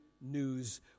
news